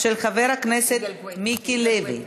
של חבר הכנסת מיקי לוי.